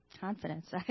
confidence